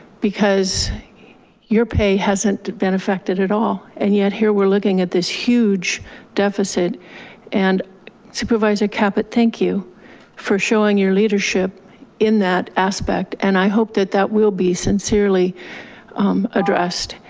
because your pay hasn't been affected at all. and yet here we're looking at this huge deficit and supervisor caput, thank you for showing your leadership in that aspect. and i hope that that will be sincerely addressed.